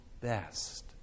best